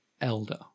elder